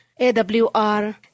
AWR